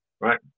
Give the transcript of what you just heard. right